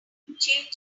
blushed